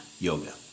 yoga